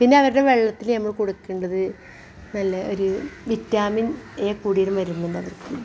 പിന്നെ അവരുടെ വെള്ളത്തിൽ നമ്മൾ കൊടുക്കേണ്ടത് നല്ല ഒരു വിറ്റാമിൻ എ കൂടിയതും വരുന്നുണ്ട് അത്